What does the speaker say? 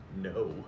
No